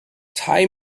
tie